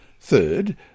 Third